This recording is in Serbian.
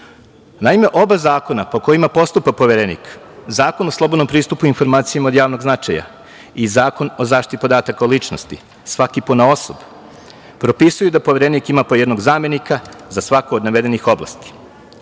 Naime, oba zakona po kojima postupa Poverenik, Zakon o slobodnom pristupu informacijama od javnog značaja i Zakon o zaštiti podataka o ličnosti, svaki ponaosob propisuje da Poverenik ima po jednog zamenika za svaku od navedenih oblasti.